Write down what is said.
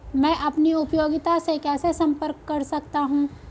मैं अपनी उपयोगिता से कैसे संपर्क कर सकता हूँ?